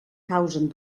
causen